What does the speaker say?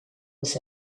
was